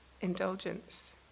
indulgence